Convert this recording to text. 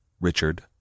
Richard